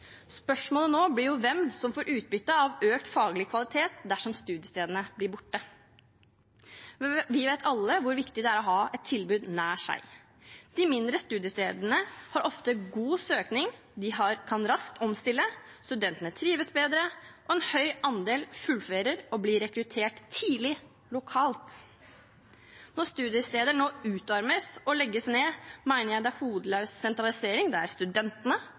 Spørsmålet nå blir jo hvem som får utbytte av økt faglig kvalitet dersom studiestedene blir borte. Vi vet alle hvor viktig det er å ha et tilbud nær oss. De mindre studiestedene har ofte god søkning, de kan omstille seg raskt, studentene trives bedre, og en høy andel fullfører og blir rekruttert tidlig lokalt. Når studiesteder nå utarmes og legges ned, mener jeg det er hodeløs sentralisering, der studentene,